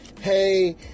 Hey